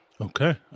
Okay